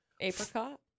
Apricot